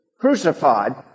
crucified